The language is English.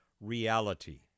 reality